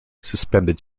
suspended